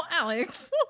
Alex